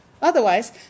otherwise